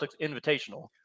Invitational